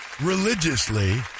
religiously